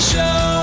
Show